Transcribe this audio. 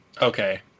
Okay